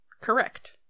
Correct